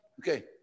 Okay